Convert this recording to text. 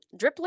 Dripless